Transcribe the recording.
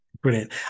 brilliant